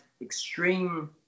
extreme